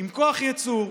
עם כוח ייצור,